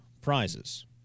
prizes